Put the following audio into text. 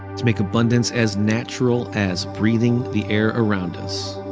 to make abundance as natural as breathing the air around us.